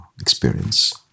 experience